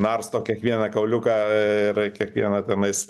narsto kiekvieną kauliuką ir kiekvieną tenais